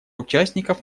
участников